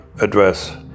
address